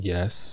Yes